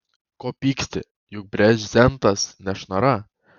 ko pyksti juk brezentas nešnara